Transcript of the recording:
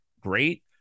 great